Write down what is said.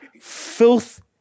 filth